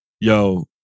yo